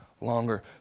longer